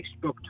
Facebook